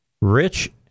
rich